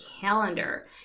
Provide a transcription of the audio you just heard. calendar